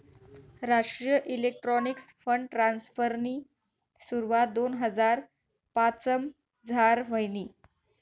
राष्ट्रीय electronics fund ट्रान्स्फरनी सुरवात दोन हजार पाचमझार व्हयनी